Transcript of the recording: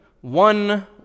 one